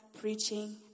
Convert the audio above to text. preaching